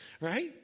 right